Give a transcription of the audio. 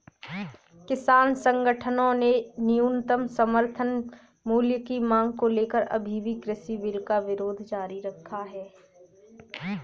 किसान संगठनों ने न्यूनतम समर्थन मूल्य की मांग को लेकर अभी भी कृषि बिल का विरोध जारी रखा है